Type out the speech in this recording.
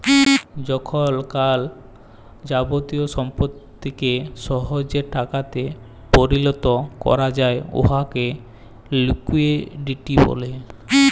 যখল কল যাবতীয় সম্পত্তিকে সহজে টাকাতে পরিলত ক্যরা যায় উয়াকে লিকুইডিটি ব্যলে